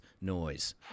noise